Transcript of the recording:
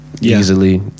easily